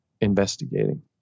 investigating